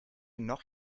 noch